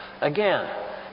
Again